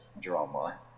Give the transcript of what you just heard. drama